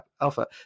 alpha